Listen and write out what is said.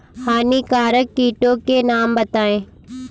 हानिकारक कीटों के नाम बताएँ?